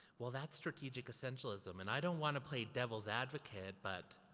well that's strategic essentialism, and i don't wanna play devils advocate, but,